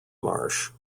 marsh